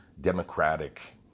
Democratic